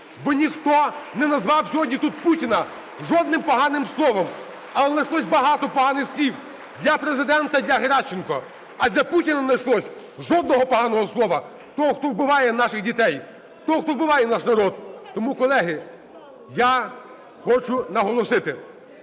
Бо ніхто не назвав сьогодні тут Путіна жодним поганим словом, але найшлось багато поганих слів для Президента і для Геращенко. А для Путіна не найшлось жодного поганого слова – того, хто вбиває наших дітей, того, хто вбиває наш народ. Тому, колеги, я хочу наголосити: